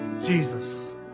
Jesus